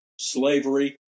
slavery